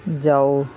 ਜਾਓ